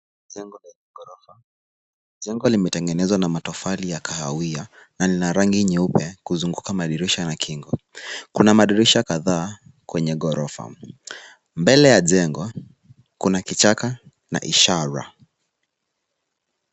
Jengo ni la ghorofa, jengo limetengezwa na matofali ya kahawahia na lina rangi nyeupe kuzunguka madirisha na kingo, kuna madirisha kadhaa kwenye ghorofa, mbele ya jengo kuna kichaka na ishara.